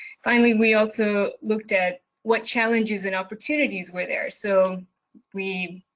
finally we also looked at what challenges and opportunities were there. so we,